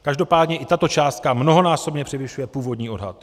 Každopádně i tato částka mnohonásobně převyšuje původní odhad.